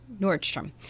Nordstrom